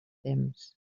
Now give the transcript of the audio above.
temps